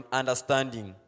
understanding